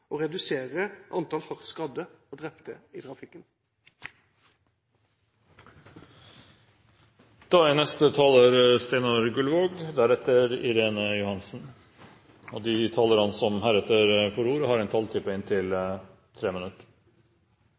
redusere antall hardt skadde og drepte i trafikken. De talere som heretter får ordet, har en taletid på inntil 3 minutter.